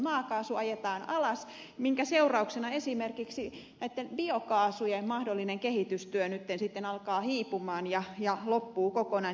maakaasu ajetaan alas minkä seurauksena esimerkiksi biokaasujen mahdollinen kehitystyö nyt sitten alkaa hiipua ja loppuu kokonaan